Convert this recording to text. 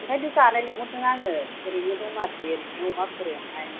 ओंखायनोथ' जानो लिंहरदों आङो ओरैनो दमासि ओरैनो अमा बेदर एवनाय